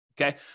Okay